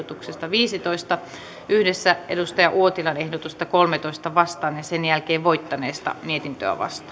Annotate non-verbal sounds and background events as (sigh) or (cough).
ehdotuksesta viidessätoista yhdessä kari uotilan ehdotusta kolmeentoista vastaan ja sen jälkeen voittaneesta mietintöä vastaan (unintelligible)